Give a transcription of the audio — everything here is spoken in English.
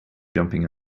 jumping